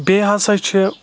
بیٚیہِ ہَسا چھِ